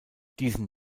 diesen